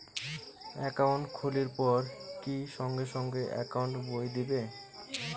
Account খুলির পর কি সঙ্গে সঙ্গে একাউন্ট বই দিবে?